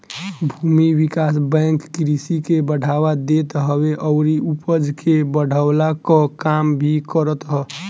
भूमि विकास बैंक कृषि के बढ़ावा देत हवे अउरी उपज के बढ़वला कअ काम भी करत हअ